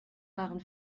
waren